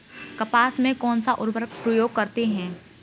कपास में कौनसा उर्वरक प्रयोग करते हैं?